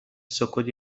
سکوت